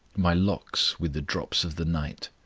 my locks with the drops of the night.